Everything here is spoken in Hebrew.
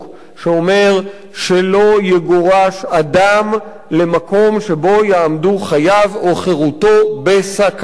שאומר שלא יגורש אדם למקום שבו יעמדו חייו או חירותו בסכנה.